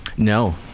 No